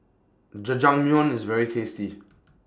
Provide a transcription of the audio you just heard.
Jajangmyeon IS very tasty